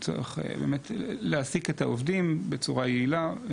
הוא צריך באמת להעסיק את העובדים בצורה יעילה.